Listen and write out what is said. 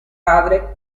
padre